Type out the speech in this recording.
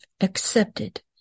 Accepted